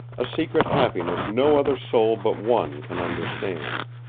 a secret happiness no other soul but one can understand.